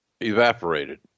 evaporated